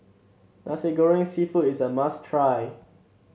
Nasi Goreng seafood is a must try